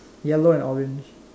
yellow and orange